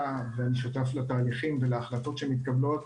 ואי שותף לתהליכים ולהחלטות שמתקבלות.